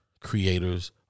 Creators